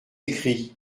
écrit